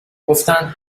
گفتند